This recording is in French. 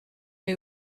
les